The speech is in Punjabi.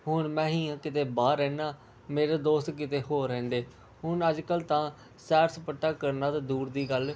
ਹੁਣ ਮੈਂ ਹੀ ਹਾਂ ਕਿਤੇ ਬਾਹਰ ਰਹਿੰਦਾ ਮੇਰੇ ਦੋਸਤ ਕਿਤੇ ਹੋਰ ਰਹਿੰਦੇ ਹੁਣ ਅੱਜ ਕੱਲ੍ਹ ਤਾਂ ਸੈਰ ਸਪਾਟਾ ਕਰਨਾ ਤਾਂ ਦੂਰ ਦੀ ਗੱਲ